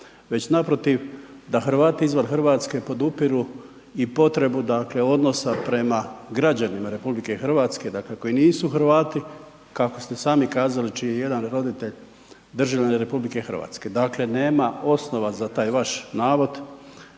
već naprotiv da Hrvati izvan RH podupiru i potrebu odnosa prema građanima RH koji nisu Hrvati, kako ste sami kazali čiji je jedan roditelj državljanin RH. Dakle, nema osnova za taj vaš navod